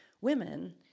women